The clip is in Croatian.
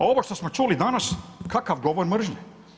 Ovo što smo čuli danas, kakav govor mržnje?